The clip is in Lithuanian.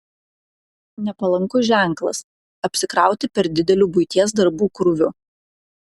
nepalankus ženklas apsikrauti per dideliu buities darbų krūviu